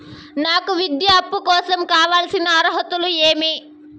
నాకు విద్యా అప్పు కోసం కావాల్సిన అర్హతలు ఏమి?